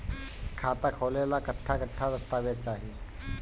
खाता खोले ला कट्ठा कट्ठा दस्तावेज चाहीं?